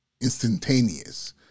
instantaneous